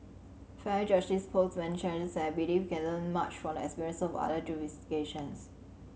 family justice pose many challenges and I believe we can learn much from the experience of other jurisdictions